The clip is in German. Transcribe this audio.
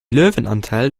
löwenanteil